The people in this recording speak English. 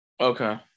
Okay